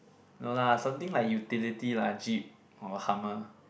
no lah something like utility lah Jeep or Hummer